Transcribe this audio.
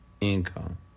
income